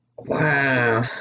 Wow